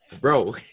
Bro